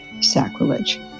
sacrilege